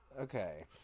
Okay